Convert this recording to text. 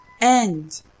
end